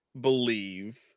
believe